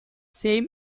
same